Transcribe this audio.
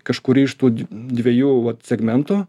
kažkuri iš tų dviejų vat segmentų